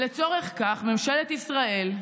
לצורך זה ממשלת ישראל,